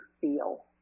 feel